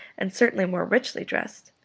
and certainly more richly dressed.